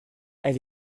elles